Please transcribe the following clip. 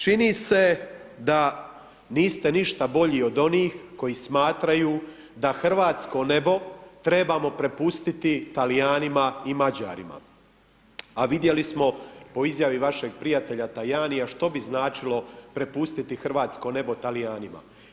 Čini se da niste ništa bolje od onih koji smatraju da hrvatsko nebo trebamo prepustiti Talijanima i Mađarima, a vidjeli smo po izjavi vašeg prijatelja Tajania što bi značilo prepustiti hrvatsko nebo Talijanima.